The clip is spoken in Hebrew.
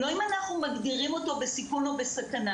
זה לא אם אנחנו מגדירים אותו בסיכון או בסכנה,